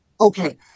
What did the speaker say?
Okay